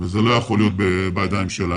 וזה לא יכול להיות בידיים שלהם.